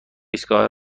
ایستگاه